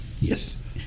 Yes